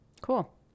cool